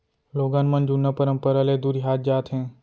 लोगन मन जुन्ना परंपरा ले दुरिहात जात हें